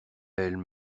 elle